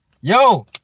Yo